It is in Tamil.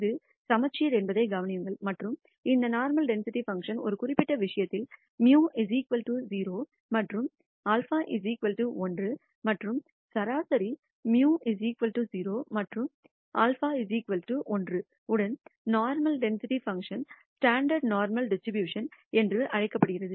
இது சமச்சீர் என்பதைக் கவனியுங்கள் மற்றும் இந்த நோர்மல் டென்சிட்டி பங்க்ஷன் ஒரு குறிப்பிட்ட விஷயத்தில் μ 0 மற்றும் σ 1 மற்றும் சராசரி μ 0 மற்றும் σ 1 உடன் normal density function standard normal டிஸ்ட்ரிபியூஷன்என்று அழைக்கப்படுகிறது